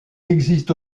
existe